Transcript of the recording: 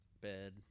bed